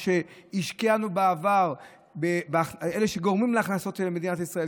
מה שהשקענו בעבר באלה שגורמים להכנסות של מדינת ישראל,